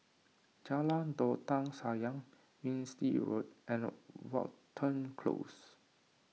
Jalan Dondang Sayang Winstedt Road and Watten Close